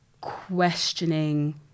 questioning